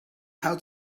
how